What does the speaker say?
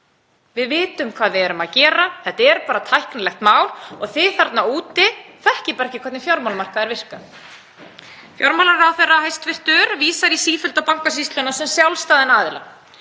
Við vitum hvað við erum að gera, þetta er bara tæknilegt mál og þið þarna úti þekkið bara ekki hvernig fjármálamarkaðir virka. Hæstv. fjármálaráðherra vísar í sífellu til Bankasýslunnar sem sjálfstæðs aðila